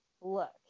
look